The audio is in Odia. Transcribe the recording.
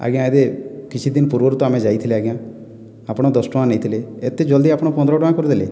ଆଜ୍ଞା ଇହାଦେ କିଛି ଦିନ ପୂର୍ବରୁ ତ ଆମେ ଯାଇଥିଲେ ଆଜ୍ଞା ଆପଣ ଦଶଟଙ୍କା ନେଇଥିଲେ ଏତେ ଜଲ୍ଦି ଆପଣ ପନ୍ଦର ଟଙ୍କା କରିଦେଲେ